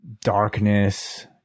darkness